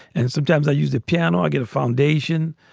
and sometimes i use the piano. i get a foundation,